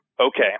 okay